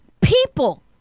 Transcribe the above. People